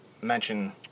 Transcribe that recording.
mention